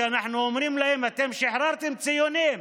כשאנחנו אומרים להם: אתם שחררתם ציונים,